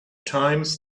times